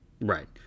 Right